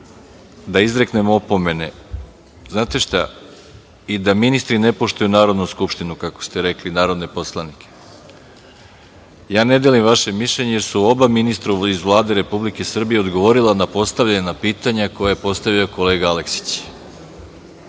da izreknem opomene i da ministri ne poštuju Narodnu skupštinu i narodne poslanike, ja ne delim vaše mišljenje zato što su oba ministra iz Vlade Republike Srbije odgovorila na postavljena pitanja koja je postavio kolega Aleksić.